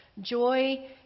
Joy